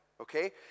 okay